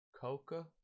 coca